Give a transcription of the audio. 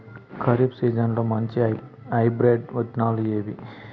ఖరీఫ్ సీజన్లలో మంచి హైబ్రిడ్ విత్తనాలు ఏవి